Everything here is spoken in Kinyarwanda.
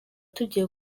tugiye